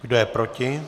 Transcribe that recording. Kdo je proti?